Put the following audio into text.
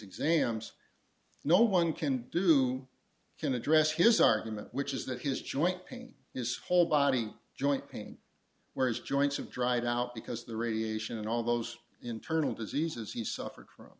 exams no one can do can address his argument which is that his joint pain is whole body joint pain where his joints of dried out because the radiation and all those internal diseases he suffered from